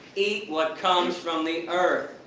eat what comes from the earth.